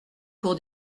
pour